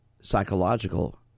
psychological